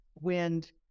wind